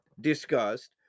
discussed